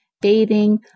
bathing